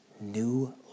new